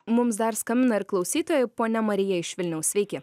mums dar skambina ir klausytoja ponia marija iš vilniaus sveiki